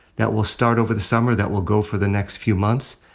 that will start over the summer, that will go for the next few months.